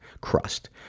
crust